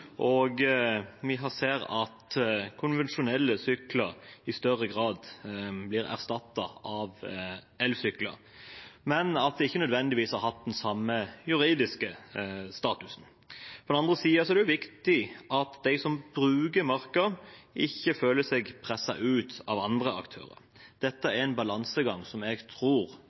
Vi ser at konvensjonelle sykler i større grad blir erstattet av elsykler, men at de ikke nødvendigvis har hatt den samme juridiske statusen. På den andre siden er det også viktig at de som bruker marka, ikke føler seg presset ut av andre aktører. Dette er en balansegang som jeg tror